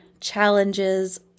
challenges